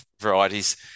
varieties